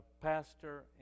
pastor